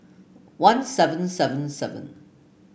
one seven seven seven